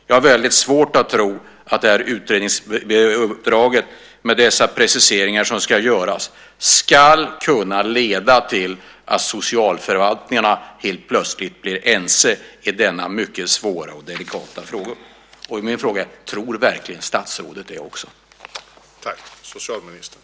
Jag har svårt att tro att utredningsuppdraget, med de preciseringar som görs, ska kunna leda till att socialförvaltningarna helt plötsligt blir ense i denna mycket svåra och delikata fråga. Min fråga är: Tror statsrådet verkligen det?